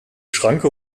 schranke